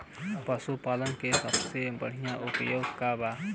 पशु पालन के सबसे बढ़ियां उपाय का बा?